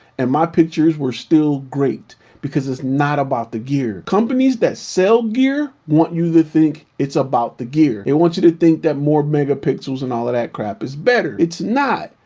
and my pictures were still great because it's not about the gear. companies that sell gear, want you to think it's about the gear. they want you to think that more megapixels and all of that crap is better. it's not.